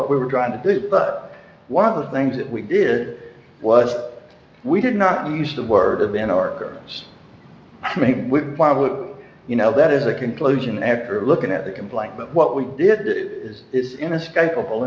what we were drawn to do but one of the things that we did was we did not use the word of an arc you know that is a conclusion after looking at the complaint but what we did is inescapable